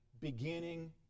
beginning